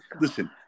listen